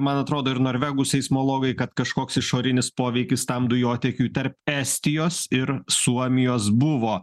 man atrodo ir norvegų seismologai kad kažkoks išorinis poveikis tam dujotiekiui tarp estijos ir suomijos buvo